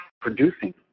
producing